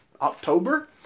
October